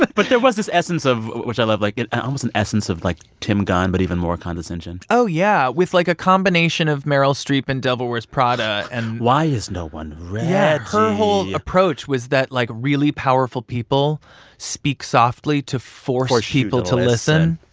but but there was this essence of which i love like, almost an essence of, like, tim gunn but even more condescension oh, yeah, with, like, a combination of meryl streep in devil wears prada and. why is no one ready? yeah. her whole approach was that, like, really powerful people speak softly to force people to listen